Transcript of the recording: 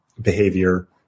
behavior